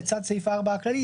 לצד סעיף 4 הכללי,